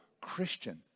Christian